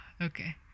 Okay